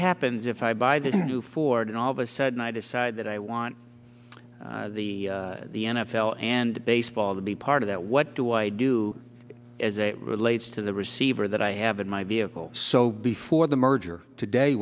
happens if i buy the do four and all of a sudden i decide that i want the the n f l and baseball to be part of that what do i do as it relates to the receiver that i have in my vehicle so before the merger today